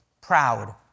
proud